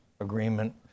agreement